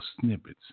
snippets